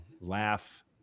laugh